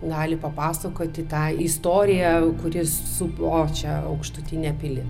gali papasakoti tą istoriją kuri supo čia aukštutinę pilį